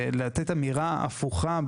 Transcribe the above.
ולתת אמירה הפוכה,